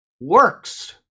works